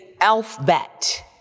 alphabet